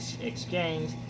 Exchange